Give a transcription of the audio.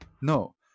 no